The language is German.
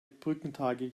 brückentage